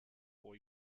four